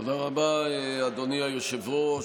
תודה רבה, אדוני היושב-ראש.